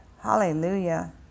Hallelujah